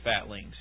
fatlings